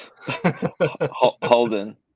holden